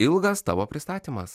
ilgas tavo pristatymas